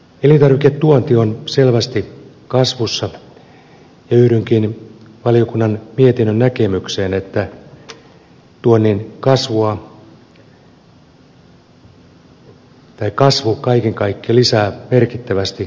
elintarviketuonti on selvästi kasvussa ja yhdynkin valiokunnan mietinnön näkemykseen että tuonnin kasvu kaiken kaikkiaan lisää merkittävästi elintarviketurvallisuuden riskejä